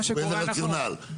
מאיזה רציונל?